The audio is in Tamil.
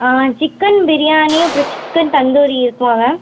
ஆ சிக்கன் பிரியாணி அப்புறம் சிக்கன் தந்தூரி இருக்குமா மேம்